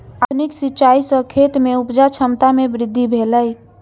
आधुनिक सिचाई सॅ खेत में उपजा क्षमता में वृद्धि भेलै